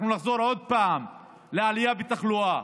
אנחנו נחזור עוד פעם לעלייה בתחלואה,